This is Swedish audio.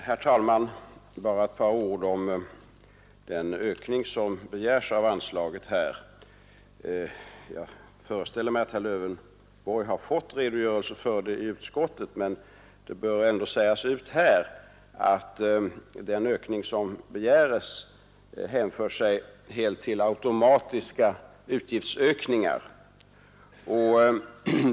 Herr talman! Bara ett par ord om den anslagsökning som begäres. Jag föreställer mig att herr Lövenborg har fått en redogörelse för den frågan i utskottet, men det bör ändå sägas ut här att den ökning som begäres hänför sig helt till automatiska utgiftsstegringar.